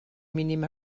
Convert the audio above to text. mínim